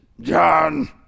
John